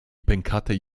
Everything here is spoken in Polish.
pękatej